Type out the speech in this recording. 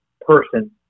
person